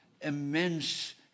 immense